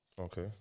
Okay